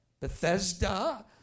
Bethesda